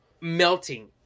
melting